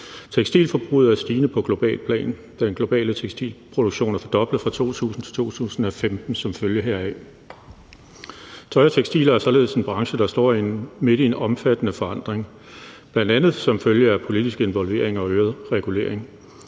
Tekstilforbruget er stigende på globalt plan, og den globale tekstilproduktion er fordoblet fra 2000 til 2015 som følge heraf. Tøj- og tekstilbranhcen er således en branche, der står midt i en omfattende forandring, bl.a. som følge af politisk involvering og øget regulering,